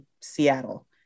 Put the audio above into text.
Seattle